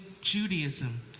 Judaism